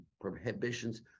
prohibitions